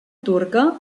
turca